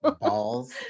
Balls